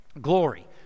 glory